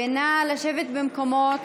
נא לשבת במקומות.